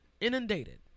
inundated